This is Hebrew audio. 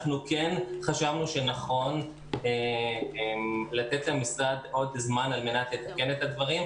אנחנו כן חשבנו שנכון לתת למשרד עוד זמן על מנת לתקן את הדברים,